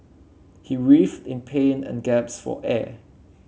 he writhed in pain and gaps for air